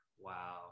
Wow